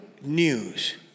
news